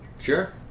Sure